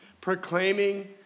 proclaiming